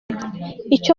icyo